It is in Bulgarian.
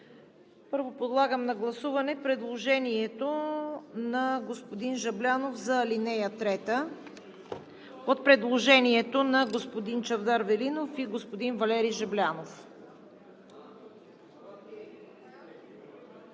Първо подлагам на гласуване предложението на господин Жаблянов за ал. 3 – от предложението на господин Чавдар Велинов и господин Валери Жаблянов.